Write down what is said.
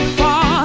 far